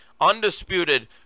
undisputed